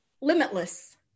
limitless